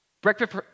Breakfast